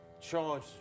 charge